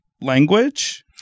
language